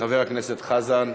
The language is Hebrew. חבר הכנסת חזן,